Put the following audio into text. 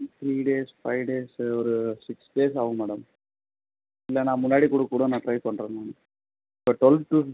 three days five days ஒரு six days ஆகும் madam இல்லைனா முன்னாடி கொடுக்க கூட நான் ட்ரை பண்ணுற மேம் இப்போ டுவெல் டூ